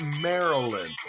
Maryland